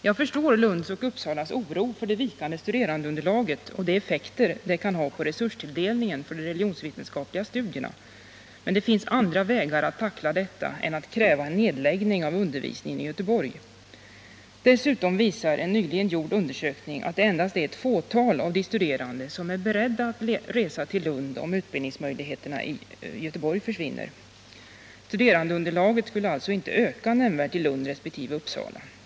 Jag förstår oron i Lund och Uppsala över det vikande studerandeunderlaget och de effekter som det kan ha på resurstilldelningen för de religionsvetenskapliga studierna, men det finns andra sätt att tackla detta problem än genom att kräva en nerläggning av undervisningen i Göteborg. Dessutom visar en nyligen gjord undersökning att endast ett fåtal av de studerande är beredda att resa till Lund för att fortsätta studierna, om utbildningsmöjligheterna i Göteborg försvinner. Studerandeunderlaget skulle alltså inte öka nämnvärt i Lund resp. i Uppsala.